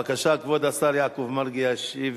בבקשה, כבוד השר יעקב מרגי ישיב